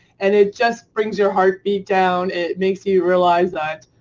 and it just brings your heartbeat down. it makes you realize that,